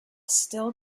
still